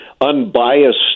unbiased